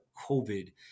COVID